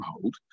hold